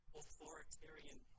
authoritarian